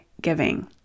giving